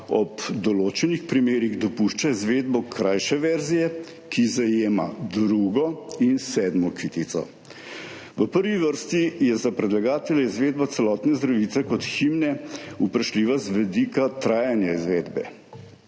ob določenih primerih dopušča izvedbo krajše verzije, ki zajema drugo in sedmo kitico. V prvi vrsti je za predlagatelja izvedba celotne Zdravljice kot himne vprašljiva z vidika trajanja izvedbe.